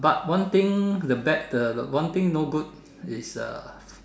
but one thing the bad the the one thing no good is uh